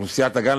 לאוכלוסיית הגן,